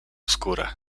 skórę